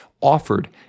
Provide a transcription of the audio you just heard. offered